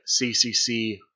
CCC